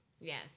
Yes